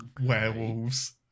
werewolves